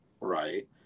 right